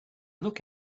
look